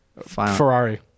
Ferrari